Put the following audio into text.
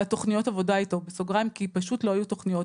על התכניות עבודה איתו (כי פשוט לא היו תכניות).